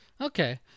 Okay